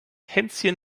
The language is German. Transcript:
hänschen